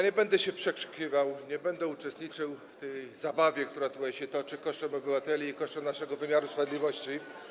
Nie będę się przekrzykiwał, nie będę uczestniczył w tej zabawie, która trwa tutaj kosztem obywateli i kosztem naszego wymiaru sprawiedliwości.